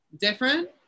different